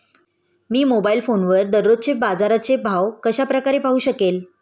मी mobile फोनवर दररोजचे बाजाराचे भाव कशा प्रकारे पाहू शकेल?